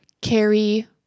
carry